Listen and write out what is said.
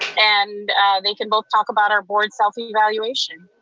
and they can both talk about our board self and evaluation.